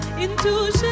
intuition